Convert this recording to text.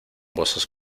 voces